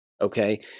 okay